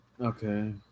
Okay